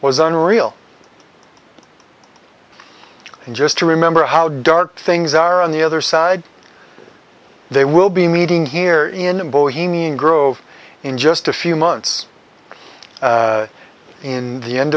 was unreal and just to remember how dark things are on the other side they will be meeting here in a bohemian grove in just a few months in the end